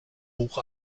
buch